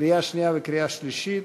קריאה שנייה וקריאה שלישית,